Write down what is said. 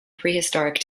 prehistoric